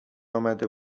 آمده